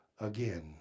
again